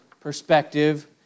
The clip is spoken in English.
perspective